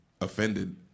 offended